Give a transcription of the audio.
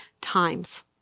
times